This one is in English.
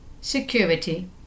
security